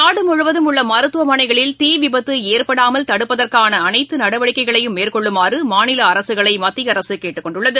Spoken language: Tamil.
நாடுமுவதும் உள்ளமருத்துவமனைகளில் தீவிபத்துஏற்படாமல் தடுப்பதற்கானஅனைத்துநடவடிக்கைகளையும் மேற்கொள்ளுமாறுமாநிலஅரசுகளைமத்தியஅரசுகேட்டுக்கொண்டுள்ளது